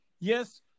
yes